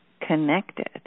connected